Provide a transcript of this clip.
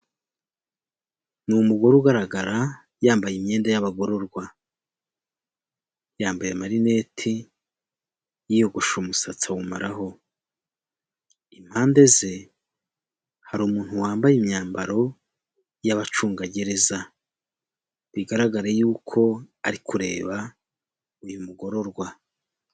Ni umugore ugaragara yambaye imyenda y'abagororwa, yambaye amarineti yiyogoshe umusatsi awumaraho, impande ze hari umuntu wambaye imyambaro y'abacungagereza, bigaraga yuko ari kureba uyu mugororwa.